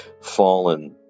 fallen